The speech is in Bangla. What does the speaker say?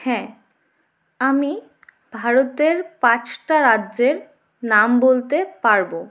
হ্যাঁ আমি ভারতের পাঁচটা রাজ্যের নাম বলতে পারবো